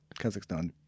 Kazakhstan